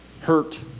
hurt